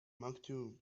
maktub